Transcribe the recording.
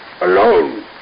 alone